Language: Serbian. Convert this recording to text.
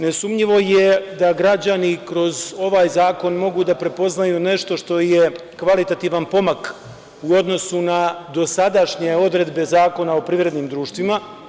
Nesumnjivo je da građani kroz ovaj zakon mogu da prepoznaju nešto što je kvalitativan pomak u odnosu na dosadašnje odredbe Zakona o privrednim društvima.